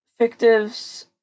Fictives